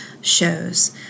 shows